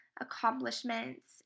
accomplishments